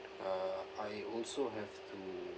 uh I also have to